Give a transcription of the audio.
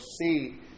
see